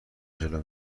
جلو